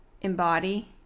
embody